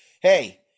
hey